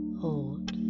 hold